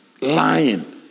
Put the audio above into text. lying